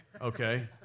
Okay